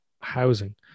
housing